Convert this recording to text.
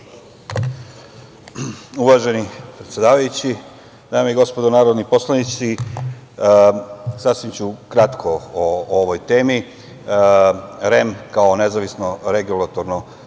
Uvaženi predsedavajući, dame i gospodo narodni poslanici, sasvim ću kratko o ovoj temi, REM, kao nezavisno regulatorno